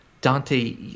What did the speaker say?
Dante